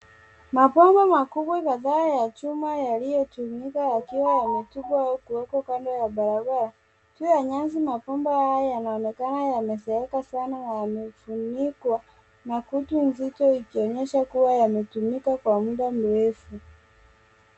Mabomba makubwa kadhaa ya chuma yaliyotumika yakiwa yametupwa au kuwekwa kando ya barabara. Juu ya nyasi mabomba hayo yanaonekana yamezeeka sana na yamefunikwa na kutu nzito ikionyesha kuwa yametumika kwa muda mrefu.